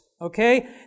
okay